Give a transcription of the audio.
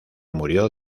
murió